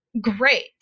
great